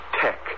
Tech